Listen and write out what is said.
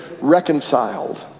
reconciled